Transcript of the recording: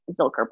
Zilker